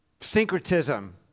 syncretism